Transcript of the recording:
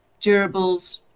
durables